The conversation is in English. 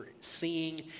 seeing